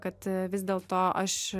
kad vis dėlto aš